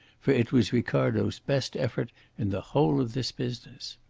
for it was ricardo's best effort in the whole of this business.